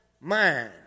mind